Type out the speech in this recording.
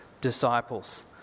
disciples